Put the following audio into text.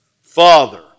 Father